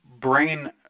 brain